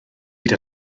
hyd